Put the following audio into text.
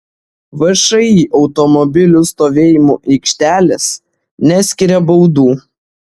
všį automobilių stovėjimo aikštelės neskiria baudų